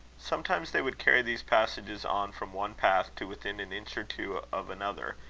sometimes they would carry these passages on from one path to within an inch or two of another,